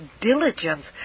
diligence